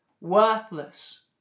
worthless